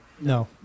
No